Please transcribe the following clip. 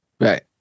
Right